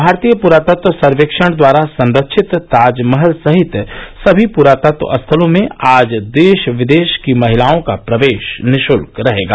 भारतीय पुरातत्व सर्वेक्षण द्वारा संरक्षित ताजमहल सहित सभी पुरातत्व स्थलों में आज देश विदेश की महिलाओं का प्रवेश निशुल्क रहेगा